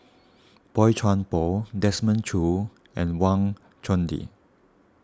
Boey Chuan Poh Desmond Choo and Wang Chunde